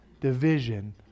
division